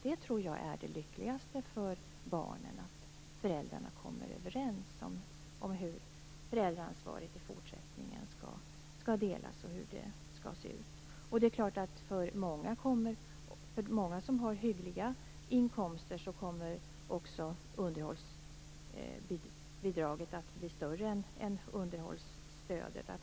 Jag tror att det är det lyckligaste för barnen att föräldrarna kommer överens om hur föräldraansvaret i fortsättningen skall delas och hur det skall se ut. För många som har hyggliga inkomster kommer också underhållsbidraget att bli större än underhållsstödet.